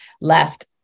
left